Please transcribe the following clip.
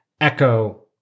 Echo